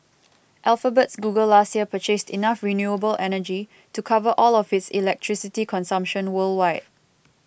Alphabet's Google last year purchased enough renewable energy to cover all of its electricity consumption worldwide